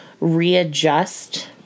readjust